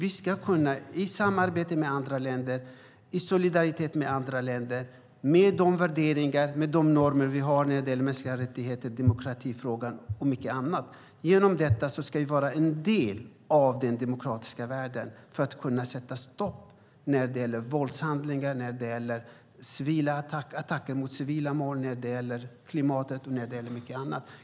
I samarbete med andra länder, i solidaritet med andra länder, med de värderingar och de normer vi har när det gäller mänskliga rättigheter, demokratifrågan och mycket annat ska vi vara en del av den demokratiska världen för att kunna sätta stopp för våldshandlingar, attacker mot civila mål, klimatet och mycket annat.